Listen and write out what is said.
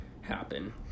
happen